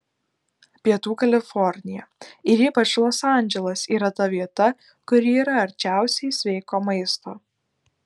pietų kalifornija ir ypač los andželas yra ta vieta kuri yra arčiausiai sveiko maisto